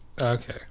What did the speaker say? Okay